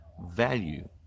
value